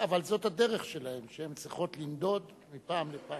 אבל זאת הדרך שלהן, שהן צריכות לנדוד מפעם לפעם.